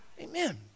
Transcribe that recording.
Amen